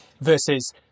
Versus